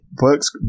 works